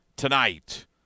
Tonight